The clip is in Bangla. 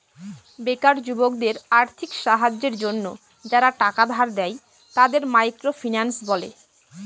বেকার যুবকদের আর্থিক সাহায্যের জন্য যারা টাকা ধার দেয়, তাদের মাইক্রো ফিন্যান্স বলে